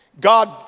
God